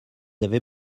avez